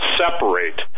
separate